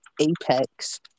Apex